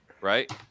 right